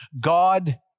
God